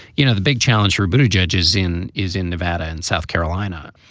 you know, the big challenge for but of judges in is in nevada and south carolina.